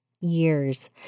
years